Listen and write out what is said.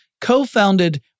co-founded